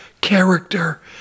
character